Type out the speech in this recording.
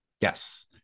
Yes